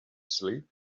sleep